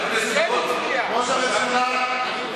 הוא הצביע, הוא הצביע.